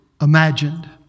imagined